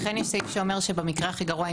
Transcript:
לכן יש סעיף שאומר שבמקרה הכי גרוע,